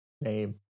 name